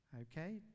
Okay